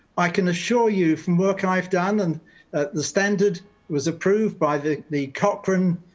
i can assure you from work i've done, and the standard was approved by the the cochrane